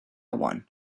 one